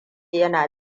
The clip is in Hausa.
yana